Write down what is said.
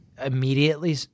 immediately